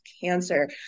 cancer